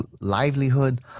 livelihood